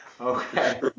Okay